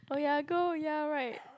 oh ya gold ya right